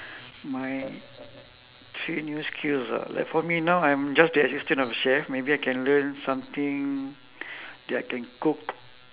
my three new skills ah like for me now I'm just the assistant of chef maybe I can learn something that I can cook